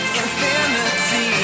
infinity